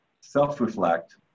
self-reflect